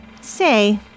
Say